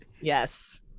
yes